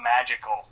magical